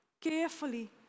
Carefully